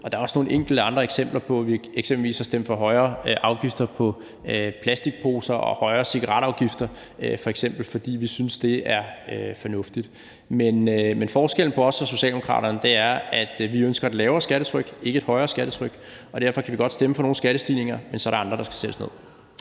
på. Der er også nogle enkelte andre eksempler. Vi har eksempelvis stemt for højere afgifter på plastikposer og stemt for højere cigaretafgifter, fordi vi synes, det er fornuftigt. Men forskellen på os og Socialdemokraterne er, at vi ønsker et lavere skattetryk, ikke et højere skattetryk. Derfor kan vi godt stemme for nogle stigninger af skatten, men så er der andre steder, den skal sættes ned.